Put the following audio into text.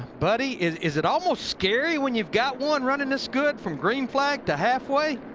but he is is at almost scary when you've got one running that's good from greens like to halfway?